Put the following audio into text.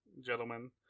gentlemen